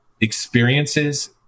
experiences